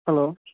hello